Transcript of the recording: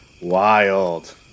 wild